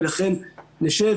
ולכן נשב.